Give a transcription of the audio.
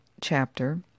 chapter